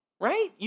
Right